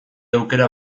aukera